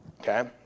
okay